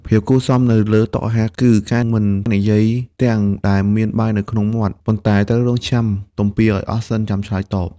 ភាពគួរសមនៅលើតុអាហារ គឺការមិននិយាយទាំងដែលមានបាយនៅក្នុងមាត់ ប៉ុន្តែត្រូវរង់ចាំទំពារឱ្យអស់សិនចាំឆ្លើយតប។